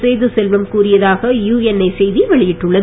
சேது செல்வம் கூறியதாக யுஎன்ஐ செய்தி வெளியிட்டுள்ளது